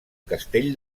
castell